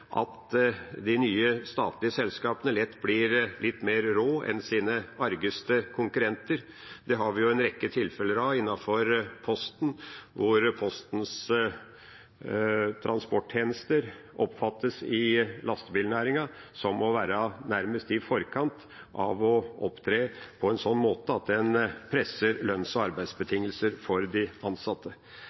at de nye statlige selskapene lett blir litt mer rå enn sine argeste konkurrenter. Det har vi jo en rekke tilfeller av innenfor Posten, hvor Postens transporttjenester i lastebilnæringen oppfattes som å være nærmest i forkant av å opptre på en sånn måte at en presser lønns- og arbeidsbetingelser for de ansatte.